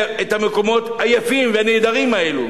המקומות היפים והנהדרים האלה,